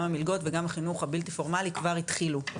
גם המלגות וגם החינוך הבלתי פורמלי כבר התחילו,